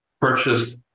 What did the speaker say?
purchased